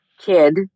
kid